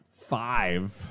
Five